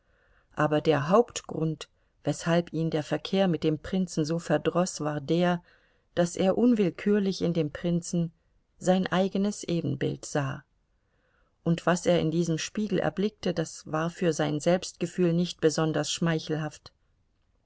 aber der hauptgrund weshalb ihn der verkehr mit dem prinzen so verdroß war der daß er unwillkürlich in dem prinzen sein eigenes ebenbild sah und was er in diesem spiegel erblickte das war für sein selbstgefühl nicht besonders schmeichelhaft